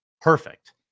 Perfect